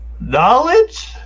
Knowledge